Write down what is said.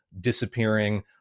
disappearing